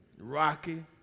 Rocky